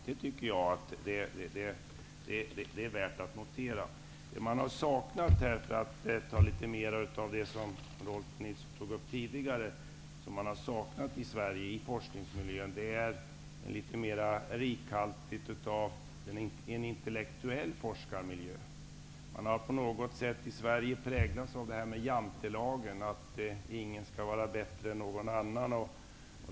Det är värt att notera. Vad man har saknat i Sverige -- för att nu ta upp litet mera av vad Rolf L Nilson tog upp tidigare -- i forskningsmiljön är litet mera rikligt av en intellektuell forskarmiljö. Man har på något sätt i Sverige präglats av Jantelagen, att ingen skall vara bättre än någon annan.